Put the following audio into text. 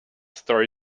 story